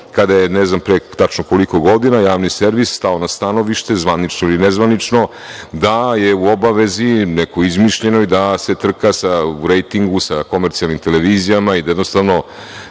kada je ne znam pre tačno koliko godina javni servis stao na stanovište zvanično ili nezvanično da je u obavezi, nekoj izmišljenoj, da se trka u rejtingu sa komercijalnim televizijama i da jednostavno